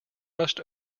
rushed